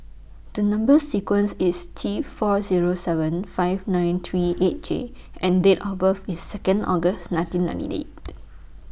The Number sequence IS T four Zero seven five nine three eight J and Date of birth IS Second August nineteen ninety eight